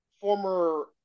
former